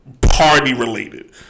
party-related